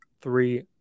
three